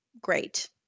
great